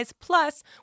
plus